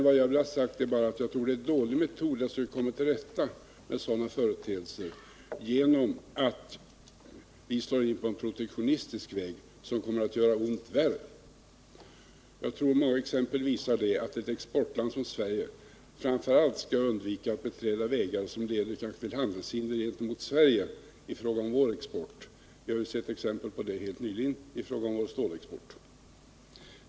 Vad jag vill ha sagt är bara att det är en dålig metod att försöka komma till rätta med sådana företeelser genom att slå in på en protektionistisk väg. Det kommer att göra ont värre. Många exempel visar att ett exportland som Sverige framför allt skall undvika att beträda vägar som leder till handelshinder gentemot det egna landets export. Vi har helt nyligen sett exempel på det; jag tänker då på vår stålexport.